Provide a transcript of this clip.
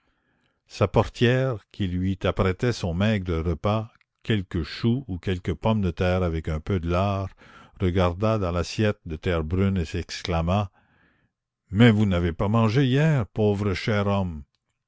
sa portière qui lui apprêtait son maigre repas quelques choux ou quelques pommes de terre avec un peu de lard regarda dans l'assiette de terre brune et s'exclama mais vous n'avez pas mangé hier pauvre cher homme